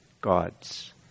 God's